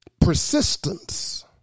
persistence